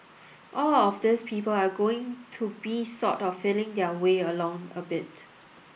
all of these people are going to be sort of feeling their way along a bit